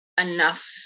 enough